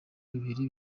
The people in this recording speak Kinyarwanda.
bibiri